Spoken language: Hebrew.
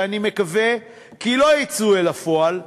שאני מקווה כי לא יצאו אל הפועל,